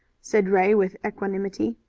said ray with equanimity.